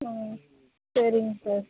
ம் சரிங்க சார்